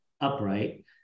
upright